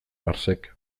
marxek